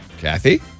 Kathy